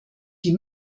die